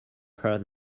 heard